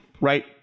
right